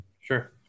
Sure